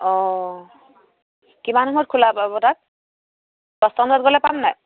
অঁ কিমান সময়ত খোলা পাব তাত দুটামান বজাত গ'লে পাম নাই